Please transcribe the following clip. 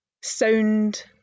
sound